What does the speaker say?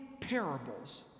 parables